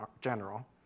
general